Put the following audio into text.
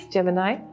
Gemini